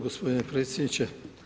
Gospodine predsjedniče!